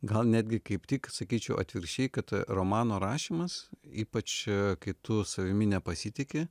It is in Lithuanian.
gal netgi kaip tik sakyčiau atvirkščiai kad romano rašymas ypač kai tu savimi nepasitiki